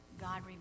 God